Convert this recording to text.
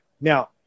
Now